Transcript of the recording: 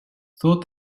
thought